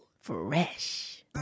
Fresh